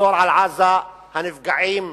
הנפגעים